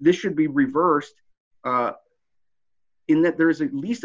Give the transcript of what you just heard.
this should be reversed in that there is a least a